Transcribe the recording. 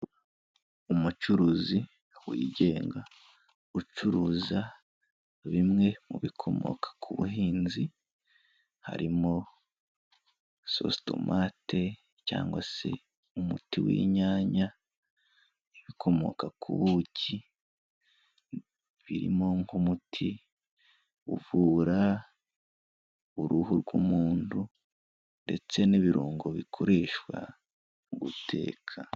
Umucuruzi wigenga, ucuruza bimwe mu bikomoka ku buhinzi, harimo sositomate cyangwa se umuti w'inyanya, ibikomoka ku buki birimo nk'umuti uvura uruhu rw'umuntu ndetse n'ibirungo bikoreshwa mu guteka.